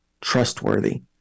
trustworthy